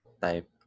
type